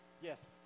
Yes